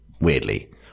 weirdly